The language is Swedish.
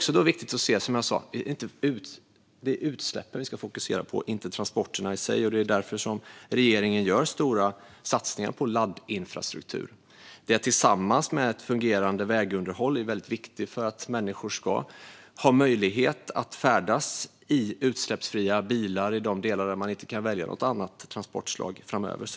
Som jag sa är det utsläppen vi ska fokusera på, inte transporterna i sig. Därför gör regeringen stora satsningar på laddinfrastruktur. Detta tillsammans med ett fungerande vägunderhåll är viktigt för att människor ska ha möjlighet att färdas i utsläppsfria bilar i de delar där man inte kan välja något annat transportslag framöver.